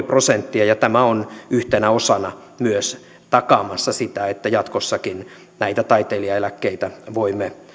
prosenttia ja tämä on yhtenä osana myös takaamassa sitä että jatkossakin näitä taiteilijaeläkkeitä voimme